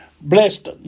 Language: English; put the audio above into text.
blessed